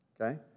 okay